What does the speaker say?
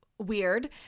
weird